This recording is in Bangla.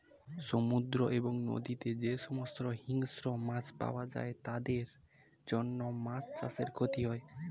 সমুদ্র এবং নদীতে যে সমস্ত হিংস্র মাছ পাওয়া যায় তাদের জন্য মাছ চাষে ক্ষতি হয়